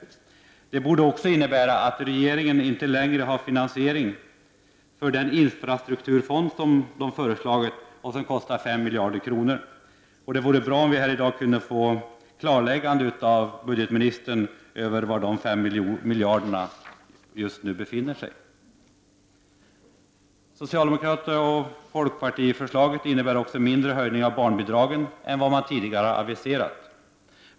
Detta borde också innebära att rege ringen inte längre har finansiering för den infrastrukturfond som har föreslagits och som kostar 5 miljarder kronor. Det vore bra om vi i dag kunde få ett klarläggande av budgetministern var dessa 5 miljarder nu finns. Socialdemokraternas och folkpartiets förslag innebär också en mindre höjning av barnbidragen än vad som tidigare aviserats.